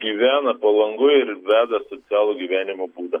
gyvena palangoj ir veda asocialų gyvenimo būdą